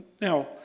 Now